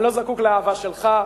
אני לא זקוק לאהבה שלך,